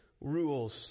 rules